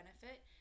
benefit